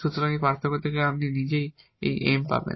সুতরাং এই সম্পর্ক থেকে আপনি নিজেই এই M পাবেন